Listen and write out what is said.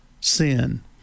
sin